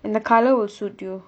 and the colour will suit you